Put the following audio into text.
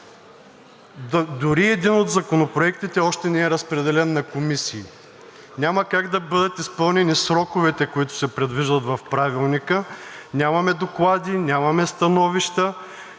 Дори един от законопроектите още не е разпределен на комисиите. Няма как да бъдат изпълнени сроковете, които се предвиждат в Правилника, нямаме доклади, нямаме становища